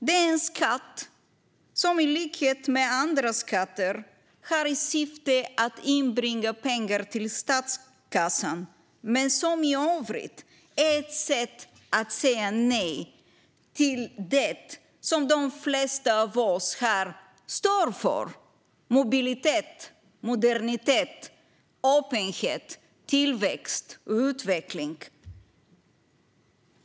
Det är en skatt som i likhet med andra skatter har till syfte att inbringa pengar till statskassan men som i övrigt är ett sätt att säga nej till det som de flesta av oss här står för: mobilitet, modernitet, öppenhet, tillväxt och utveckling.